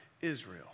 Israel